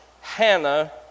Hannah